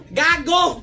gago